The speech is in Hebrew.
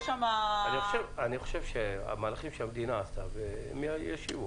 אני חושב שהמהלכים שהמדינה עשתה מייד ישיבו